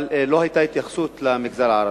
אבל לא היתה התייחסות למגזר הערבי.